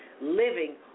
living